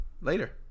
later